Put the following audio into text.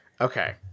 Okay